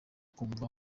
kumva